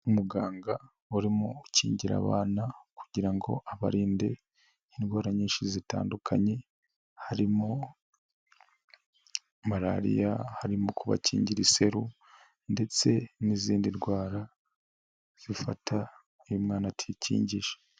Umuganga urimo ukingira abana kugira ngo abarinde indwara nyinshi zitandukanye, harimo malariya, harimo kubakingira iseru ndetse n'izindi ndwara, zifata iyo mwana atikingije.